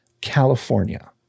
California